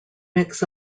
mix